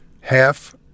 half